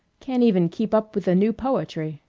can't even keep up with the new poetry.